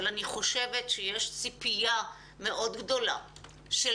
אני חושבת שיש ציפייה מאוד גדולה של